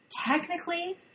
technically